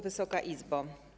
Wysoka Izbo!